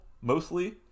mostly